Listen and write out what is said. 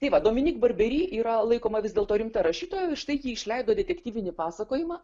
tai vat domenik barberi yra laikoma vis dėlto rimta rašytoja štai ji išleido detektyvinį pasakojimą